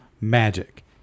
magic